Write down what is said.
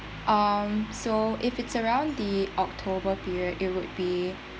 um so if it's around the october period it would be